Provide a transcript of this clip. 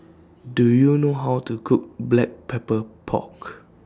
Do YOU know How to Cook Black Pepper Pork